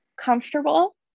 comfortable